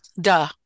Duh